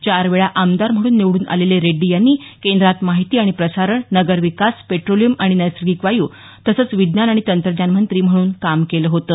चार वेळा आमदार म्हणून निवडून आलेले रेड्डी यांनी केंद्रात माहिती आणि प्रसारण नगर विकास पेट्रोलियम आणि नैसर्गिक वायु तसंच विज्ञान आणि तंत्रज्ञानमंत्री म्हणून काम केलं होतं